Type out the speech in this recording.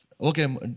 okay